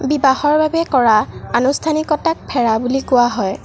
বিবাহৰ বাবে কৰা আনুষ্ঠানিকতাক ফেৰা বুলি কোৱা হয়